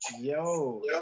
yo